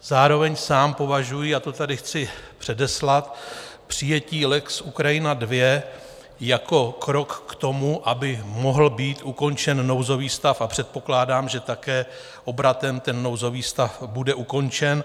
Zároveň sám považuji, a to tady chci předeslat, přijetí lex Ukrajina II jako krok k tomu, aby mohl být ukončen nouzový stav, a předpokládám, že také obratem nouzový stav bude ukončen.